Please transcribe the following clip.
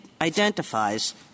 identifies